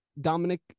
Dominic